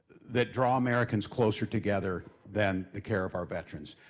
that draw americans closer together than the care of our veterans.